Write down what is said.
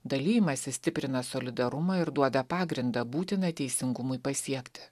dalijimasis stiprina solidarumą ir duoda pagrindą būtiną teisingumui pasiekti